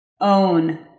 own